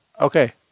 Okay